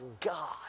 God